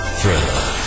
Thriller